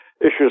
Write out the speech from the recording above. issues